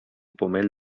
pomell